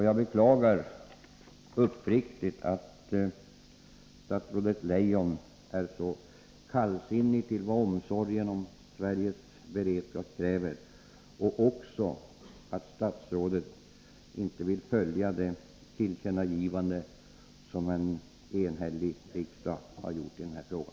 Jag beklagar uppriktigt att statsrådet Leijon är så kallsinnig till vad omsorgen om Sveriges beredskap kräver. Jag beklagar också att statsrådet inte vill följa det tillkännagivande som en enhällig riksdag har gjort i denna fråga.